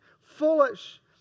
Foolish